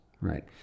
right